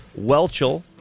Welchel